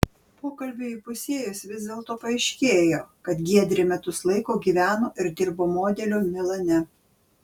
pokalbiui įpusėjus vis dėlto paaiškėjo kad giedrė metus laiko gyveno ir dirbo modeliu milane